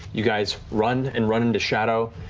you guys run and run into shadow,